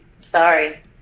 Sorry